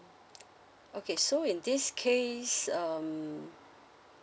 okay so in this case um